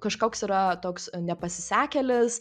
kažkoks yra toks nepasisekėlis